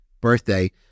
birthday